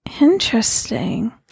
Interesting